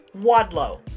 Wadlow